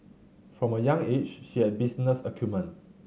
from a young age she had business acumen